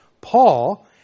Paul